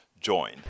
join